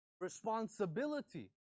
Responsibility